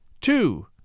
Two